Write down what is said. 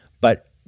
But-